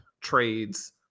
trades